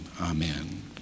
Amen